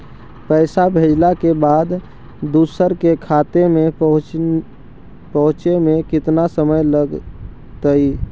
पैसा भेजला के बाद दुसर के खाता में पहुँचे में केतना समय लगतइ?